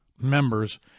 members